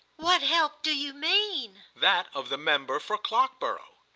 what help do you mean? that of the member for clockborough.